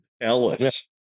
Ellis